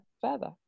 further